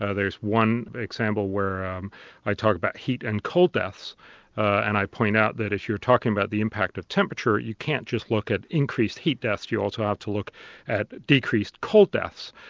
ah there's one example where um i talk about heat and cold deaths and i point out that if you're talking about the impact of temperature you can't just look at increased heat deaths, you also have to look at decreased cold deaths,